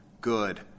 good